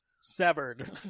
severed